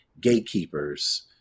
gatekeepers